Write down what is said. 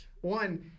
One